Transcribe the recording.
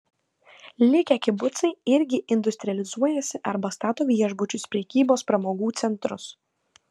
likę kibucai irgi industrializuojasi arba stato viešbučius prekybos pramogų centrus